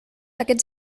aquests